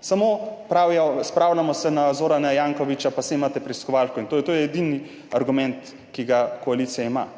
Samo pravijo, spravljamo se na Zorana Jankovića, pa saj imate preiskovalko. In to je edini argument, ki ga koalicija ima.